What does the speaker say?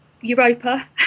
Europa